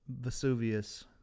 vesuvius